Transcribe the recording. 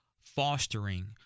fostering